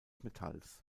metalls